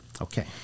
Okay